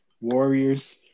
Warriors